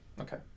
Okay